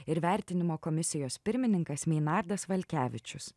ir vertinimo komisijos pirmininkas meinardas valkevičius